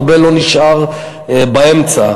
הרבה לא נשאר באמצע.